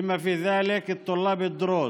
ובכלל זה התלמידים הדרוזים.